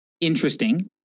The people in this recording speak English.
interesting